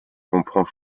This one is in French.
comprend